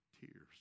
tears